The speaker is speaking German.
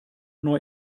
neu